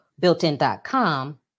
builtin.com